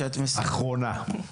אחרונה.